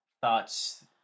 thoughts